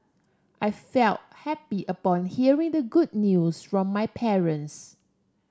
I felt happy upon hearing the good news from my parents